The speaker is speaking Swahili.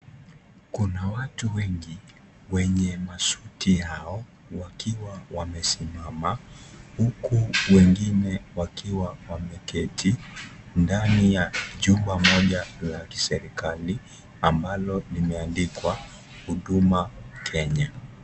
Kun watu wengi wenye masuti yao wakiwa wamesimama huku wengine wakiwa wameketi ndani ya chumba moja ya kiserikali ambayo imeandikwa Huduma kenya.